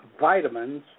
vitamins